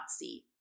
see